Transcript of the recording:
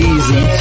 Easy